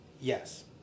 yes